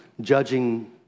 judging